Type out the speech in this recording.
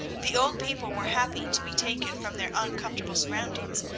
the old people were happy to be taken from their uncomfortable surroundings,